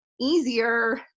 easier